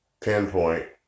pinpoint